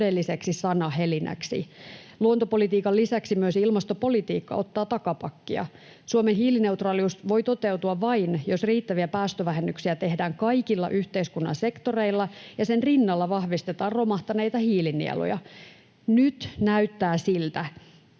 todelliseksi sanahelinäksi. Luontopolitiikan lisäksi myös ilmastopolitiikka ottaa takapakkia. Suomen hiilineutraalius voi toteutua vain, jos riittäviä päästövähennyksiä tehdään kaikilla yhteiskunnan sektoreilla ja sen rinnalla vahvistetaan romahtaneita hiilinieluja. Nyt näyttää siltä,